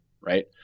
right